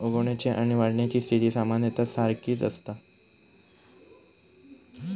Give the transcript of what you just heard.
उगवण्याची आणि वाढण्याची स्थिती सामान्यतः सारखीच असता